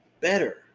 better